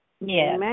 Yes